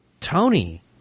Tony